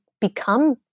become